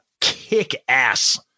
kick-ass